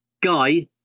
Guy